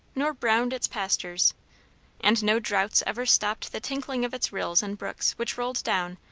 nor browned its pastures and no droughts ever stopped the tinkling of its rills and brooks, which rolled down,